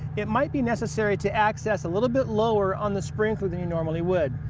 it might be necessary to access a little bit lower on the sprinkler than you normally would.